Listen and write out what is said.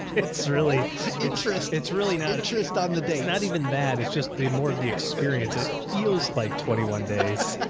it's really interesting. it's really not interest on the date. not even that it's just the more of the experience. it feels like twenty one days